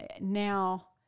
now